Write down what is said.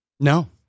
No